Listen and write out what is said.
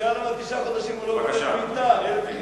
תשעה חודשים, אני רואה